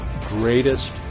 greatest